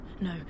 No